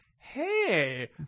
hey